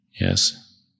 Yes